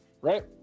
Right